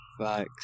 Facts